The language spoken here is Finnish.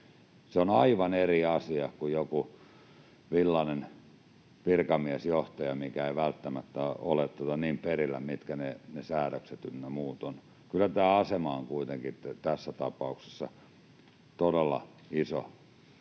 Se on aivan eri asia kuin joku villainen virkamiesjohtaja, joka ei välttämättä ole niin perillä siitä, mitkä ne säädökset ynnä muut ovat. Kyllä tämä asema on kuitenkin tässä tapauksessa todella iso